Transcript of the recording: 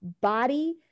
body